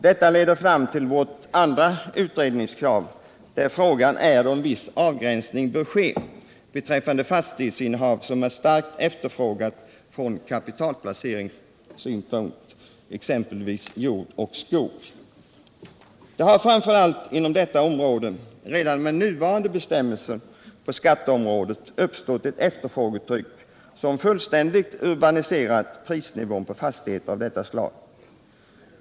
Detta leder fram till vårt andra utredningskrav, där frågan är om viss avgränsning bör ske beträffande fastighetsinnehav som är starkt efterfrågat ur kapitalplaceringssynpunkt, exempelvis jord och skog. Det har framför allt inom detta område redan med nuvarande skattebestämmelser uppstått ett efterfrågetryck, som fullständigt urbaniserat prisnivån på fastigheter av detta slag.